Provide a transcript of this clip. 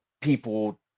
people